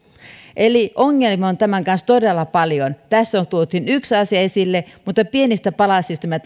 eli ongelmia on tämän kanssa todella paljon tässä tuotiin yksi asia esille mutta pienistä palasista me